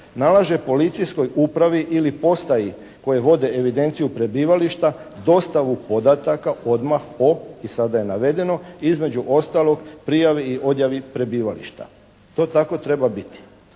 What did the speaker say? nalaže policijskoj upravi ili postaji koje vode evidenciju prebivališta dostavu podataka odmah o, i sada je navedeno, između ostalog prijavi i odjavi prebivališta. To tako treba biti.